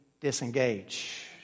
disengage